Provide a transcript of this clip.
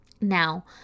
Now